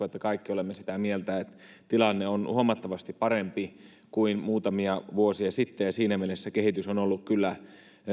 että kaikki olemme sitä mieltä että tilanne on huomattavasti parempi kuin muutamia vuosia sitten ja siinä mielessä kehitys on ollut kyllä